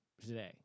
Today